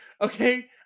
okay